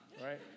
right